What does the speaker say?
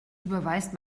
überweist